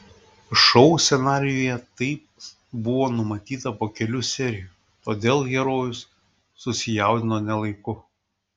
šou scenarijuje tai buvo numatyta po kelių serijų todėl herojus susijaudino ne laiku